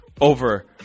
over